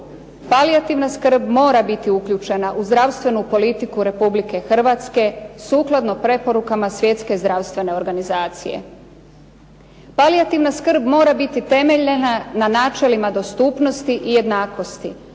Palijativna skrb mora biti uključena u zdravstvenu politiku Republike Hrvatske sukladno preporukama Svjetske zdravstvene organizacije. Palijativna skrb mora biti temeljena na načelima dostupnosti i jednakosti